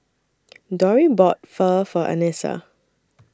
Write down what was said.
Dori bought Pho For Anissa